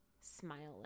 smiling